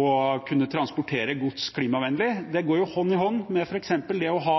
å kunne transportere gods klimavennlig går hånd i hånd med f.eks. å ha